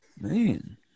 Man